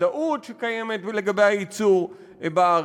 הוודאות שקיימת לגבי הייצור בארץ.